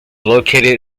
located